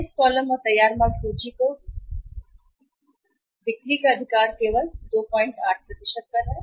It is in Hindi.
इस कॉलम और तैयार माल सूची को बिक्री अधिकार के केवल 28 पर देखें